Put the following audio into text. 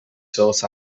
sought